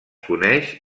coneix